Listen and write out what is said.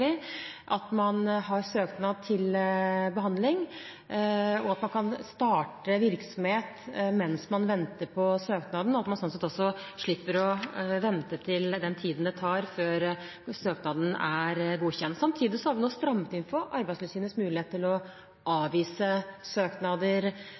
at man har en søknad til behandling, at man kan starte virksomhet mens man venter på behandlingen av søknaden, og at man slik sett slipper å vente den tiden det tar før søknaden er godkjent. Samtidig har vi strammet inn Arbeidstilsynets mulighet til å